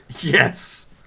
Yes